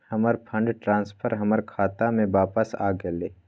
हमर fund transfer हमर खाता में वापस आ गेल